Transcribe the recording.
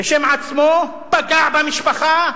בשם עצמו, פגע במשפחה,